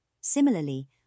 Similarly